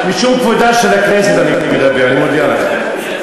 משום כבודה של הכנסת אני מדבר, אני מודיע לכם.